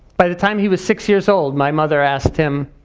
by the time he was six years old my mother asked him,